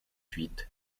huit